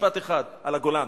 משפט אחד על הגולן,